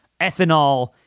ethanol